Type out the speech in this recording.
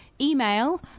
email